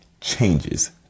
changes